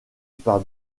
par